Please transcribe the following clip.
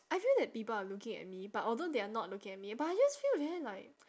I feel that people are looking at me but although they are not looking at me but I just feel very like